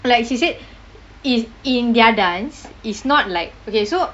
like she said is in their dance is not like okay so